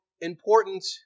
important